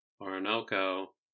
Orinoco